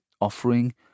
offering